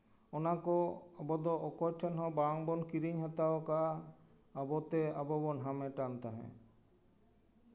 ᱚᱱᱟ ᱫᱚ ᱟᱵᱚ ᱫᱚ ᱚᱠᱚᱭ ᱴᱷᱮᱱ ᱦᱚᱸ ᱵᱟᱝ ᱵᱚᱱ ᱠᱤᱨᱤᱧ ᱦᱟᱛᱟᱣ ᱠᱟᱜᱼᱟ ᱟᱵᱚ ᱛᱮ ᱟᱵᱚ ᱵᱚᱱ ᱦᱟᱢᱮᱴᱟᱱ ᱛᱟᱦᱮᱸᱜ